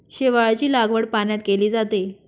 शेवाळाची लागवड पाण्यात केली जाते